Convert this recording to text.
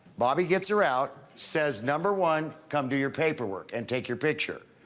bobby gets her out, says number one, come do your paperwork and take your picture.